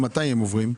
מתי הם עוברים?